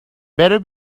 better